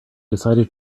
decided